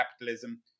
capitalism